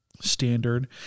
standard